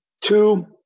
Two